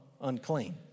unclean